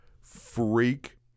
freak